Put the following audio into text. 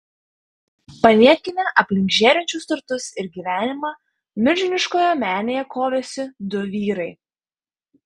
paniekinę aplink žėrinčius turtus ir gyvenimą milžiniškoje menėje kovėsi du vyrai